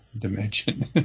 dimension